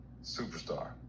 superstar